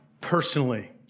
personally